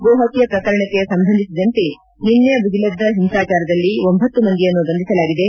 ಗೋ ಹತ್ನೆ ಪ್ರಕರಣಕ್ಕೆ ಸಂಬಂಧಿಸಿದಂತೆ ನಿನ್ನೆ ಬುಗಿಲೆದ್ದ ಹಿಂಸಾಚಾರದಲ್ಲಿ ಒಂಭತ್ತು ಮಂದಿಯನ್ನು ಬಂಧಿಸಲಾಗಿದೆ